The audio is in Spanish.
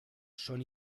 son